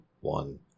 one